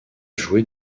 jouer